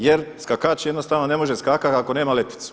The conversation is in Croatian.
Jer skakač jednostavno ne može skakati ako nema letvicu.